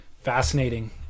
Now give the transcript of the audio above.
fascinating